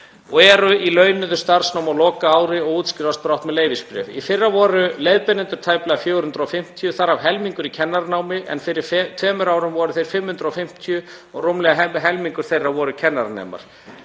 og eru í launuðu starfsnámi á lokaári og útskrifast brátt með leyfisbréf. Í fyrra voru leiðbeinendur tæplega 450, þar af helmingur í kennaranámi, en fyrir tveimur árum voru þeir 550 og rúmlega helmingur þeirra voru kennaranemar.